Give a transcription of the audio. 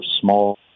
small